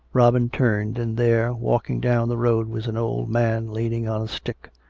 robin turned, and there, walking down the road, was an old man, leaning on a stick,